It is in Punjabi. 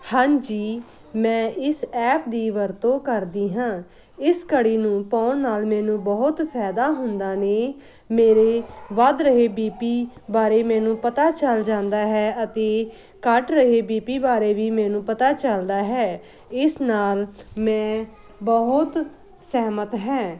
ਹਾਂਜੀ ਮੈਂ ਇਸ ਐਪ ਦੀ ਵਰਤੋਂ ਕਰਦੀ ਹਾਂ ਇਸ ਘੜੀ ਨੂੰ ਪਾਉਣ ਨਾਲ ਮੈਨੂੰ ਬਹੁਤ ਫਾਇਦਾ ਹੁੰਦਾ ਨੇ ਮੇਰੇ ਵੱਧ ਰਹੇ ਬੀ ਪੀ ਬਾਰੇ ਮੈਨੂੰ ਪਤਾ ਚੱਲ ਜਾਂਦਾ ਹੈ ਅਤੇ ਘੱਟ ਰਹੇ ਬੀ ਪੀ ਬਾਰੇ ਵੀ ਮੈਨੂੰ ਪਤਾ ਚੱਲਦਾ ਹੈ ਇਸ ਨਾਲ ਮੈਂ ਬਹੁਤ ਸਹਿਮਤ ਹਾਂ